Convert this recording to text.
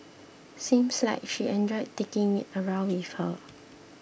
seems like she enjoyed taking it around with her